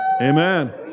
Amen